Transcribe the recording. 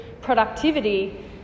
productivity